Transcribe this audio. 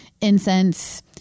incense